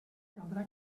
caldrà